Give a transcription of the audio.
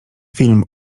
film